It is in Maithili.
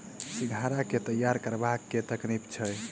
सिंघाड़ा केँ तैयार करबाक की तकनीक छैक?